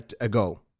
ago